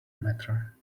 matter